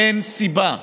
אין סיבה,